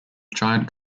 giant